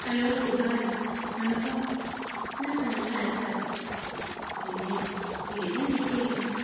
hello സുഖമാണ് നിനക്കോ നിനക്ക് നല്ല ആയുസ്സാണ് കേട്ടോ നിന്നെ വിളിക്കാൻ ഇരിക്കുകയായിരുന്നു